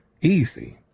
Easy